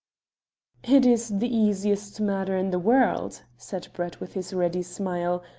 it is the easiest matter in the world, said brett with his ready smile,